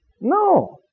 No